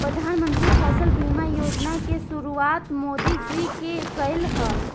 प्रधानमंत्री फसल बीमा योजना के शुरुआत मोदी जी के कईल ह